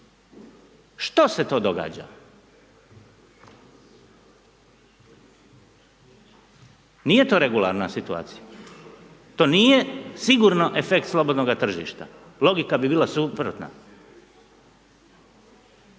Što se to događa? Nije to regularna situacija, to nije sigurno efekt slobodnoga tržišta, logika bi bila suprotna.